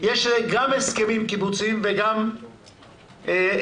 יש גם הסכמים קיבוציים וגם הסדרים,